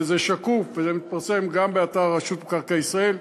וזה שקוף, וזה מתפרסם גם באתר רשות מקרקעי ישראל,